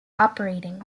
operating